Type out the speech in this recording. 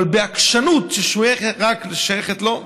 אבל בעקשנות ששייכת רק לו,